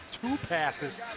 two passes.